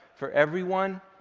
for everyone